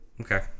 Okay